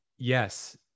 Yes